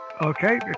Okay